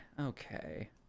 Okay